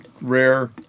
rare